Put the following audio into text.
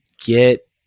get